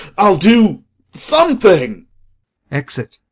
i'll do something exit